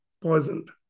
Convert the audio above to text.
poisoned